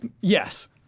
Yes